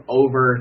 over